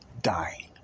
dying